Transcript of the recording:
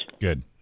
good